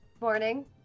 Morning